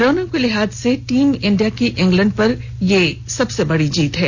रनों के लिहाज से टीम इंडिया की इंग्लैंड पर सबसे बड़ी जीत है